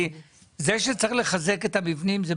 ברור שצריך לחזק את המבנים,